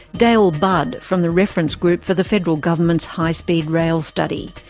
dale budd, from the reference group for the federal government's high speed rail study.